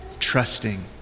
trusting